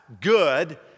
good